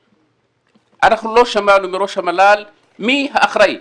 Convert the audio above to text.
לא שמענו מראש המל"ל מי האחראי.